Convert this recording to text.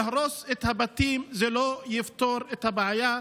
להרוס את הבתים לא יפתור את הבעיה.